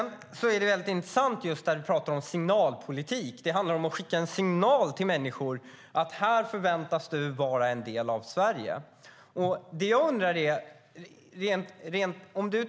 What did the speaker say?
Du talar om signalpolitik, Paula Bieler. Det handlar om att skicka en signal till människor att de förväntas vara en del av Sverige.